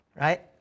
right